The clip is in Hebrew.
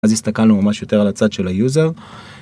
אז הסתכלנו ממש יותר על הצד של היוזר.